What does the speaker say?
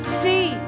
see